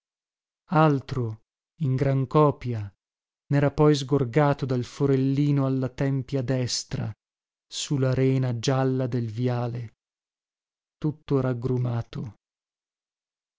altro in gran copia nera poi sgorgato dal forellino alla tempia destra su la rena gialla del viale tutto raggrumato